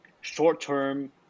short-term